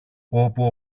όπου